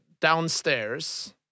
downstairs